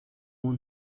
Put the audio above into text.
اون